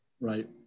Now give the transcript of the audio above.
Right